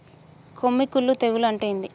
కొమ్మి కుల్లు తెగులు అంటే ఏంది?